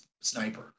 Sniper